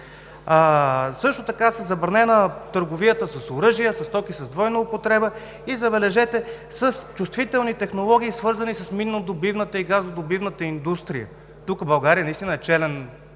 Също така е забранена търговията с оръжие, със стоки с двойна употреба и, забележете, с чувствителни технологии, свързани с миннодобивната и газодобивната индустрия. Тук България наистина е челен